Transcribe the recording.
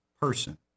person